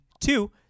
two